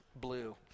blue